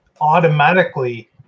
automatically